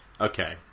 Okay